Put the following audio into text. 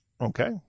Okay